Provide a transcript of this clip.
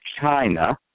China